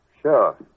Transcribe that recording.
Sure